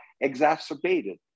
exacerbated